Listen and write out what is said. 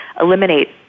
eliminate